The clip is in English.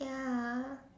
ya